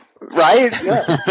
Right